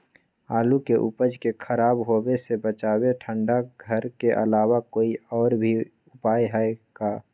आलू के उपज के खराब होवे से बचाबे ठंडा घर के अलावा कोई और भी उपाय है का?